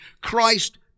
Christ